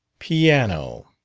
piano!